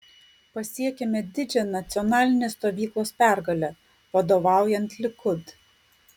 pasiekėme didžią nacionalinės stovyklos pergalę vadovaujant likud